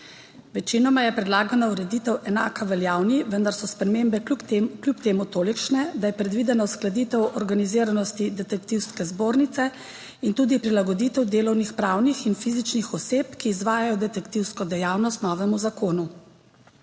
Večinoma je predlagana ureditev enaka veljavni, vendar so spremembe kljub temu tolikšne, da je predvidena uskladitev organiziranosti Detektivske zbornice in tudi prilagoditev delovanja pravnih in fizičnih oseb, ki izvajajo detektivsko dejavnost, novemu zakonu.